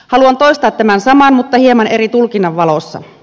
haluan toistaa tämän saman mutta hieman eri tulkinnan valossa